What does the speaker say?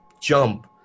jump